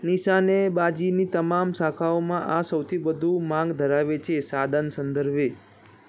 નિશાનેબાજીની તમામ શાખાઓમાં આ સૌથી વધુ માંગ ધરાવે છે સાધન સંદર્ભે